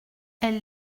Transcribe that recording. elle